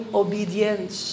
obedience